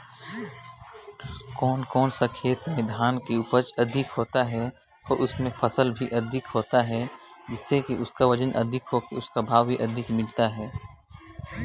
कोनो कोनो खेत खाएर में एगोट ले बगरा फसिल लेहे कर लाइक होथे तेकरो भाव हर सुग्घर रहथे